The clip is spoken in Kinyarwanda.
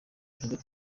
perezida